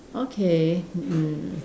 okay mm